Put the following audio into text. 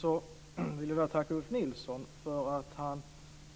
Fru talman! Jag vill tacka Ulf Nilsson för att han